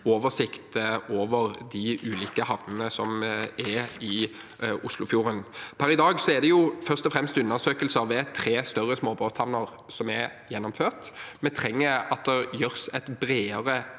oversikt over de ulike havnene som er i Oslofjorden. Per i dag er det først og fremst undersøkelser ved tre større småbåthavner som er gjennomført. Vi trenger at det gjøres et bredere